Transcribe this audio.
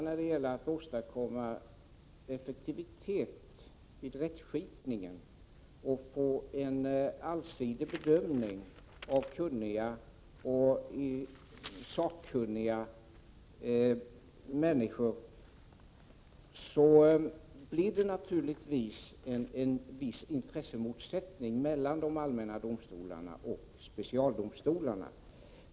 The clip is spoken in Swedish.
När det gäller att åstadkomma effektivitet i rättskipningen och få en allsidig bedömning av kunniga och sakkunniga människor, blir det naturligtvis en viss intressemotsättning mellan de allmänna domstolarna och specialdomstolarna.